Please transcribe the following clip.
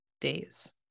days